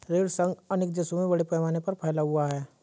ऋण संघ अनेक देशों में बड़े पैमाने पर फैला हुआ है